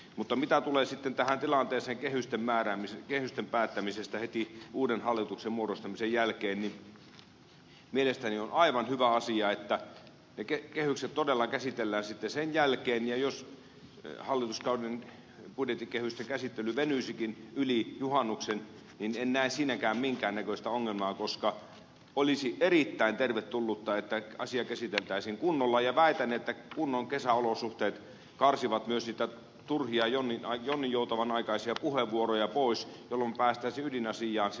mutta mitä tulee sitten tähän tilanteeseen kehysten päättämisestä heti uuden hallituksen muodostamisen jälkeen niin mielestäni on aivan hyvä asia että kehykset todella käsitellään sitten sen jälkeen ja jos hallituskauden budjettikehysten käsittely venyisikin yli juhannuksen niin en näe siinäkään minkäännäköistä ongelmaa koska olisi erittäin tervetullutta että asia käsiteltäisiin kunnolla ja väitän että kunnon kesäolosuhteet karsivat myös niitä turhia jonninjoutavanaikaisia puheenvuoroja pois jolloin päästäisiin ydinasiaan silloin